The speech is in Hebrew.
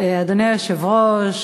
אדוני היושב-ראש,